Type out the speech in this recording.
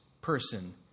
person